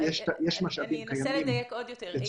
אני אנסה לדייק עוד יותר.